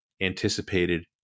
anticipated